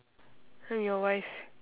I'm your wife